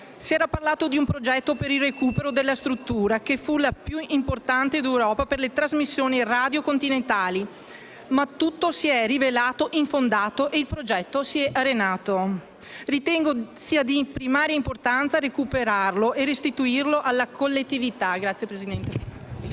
Si era parlato di un progetto per il recupero della struttura, che fu la più importante d'Europa per le trasmissioni radio continentali, ma tutto si è rivelato infondato e il progetto si è arenato. Ritengo sia di primaria importanza recuperarlo e restituirlo alla collettività. *(Applausi della